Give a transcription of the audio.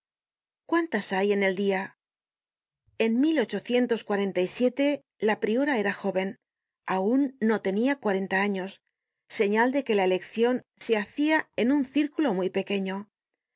cuántas hay en el dia en la priora era joven aun no tenia cuarenta años señal de que la eleccion se hacia en un círculomuy pequeño